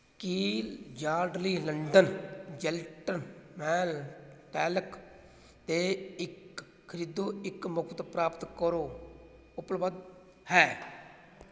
ਕੀ Yardley London gentleman talc 'ਤੇ ਇੱਕ ਖਰੀਦੋ ਇੱਕ ਮੁਫਤ ਪ੍ਰਾਪਤ ਕਰੋ ਉਪਲੱਬਧ ਹੈ